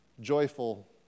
joyful